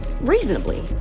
reasonably